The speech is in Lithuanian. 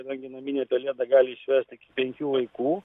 kadangi naminė pelėda gali išvesti iki penkių vaikų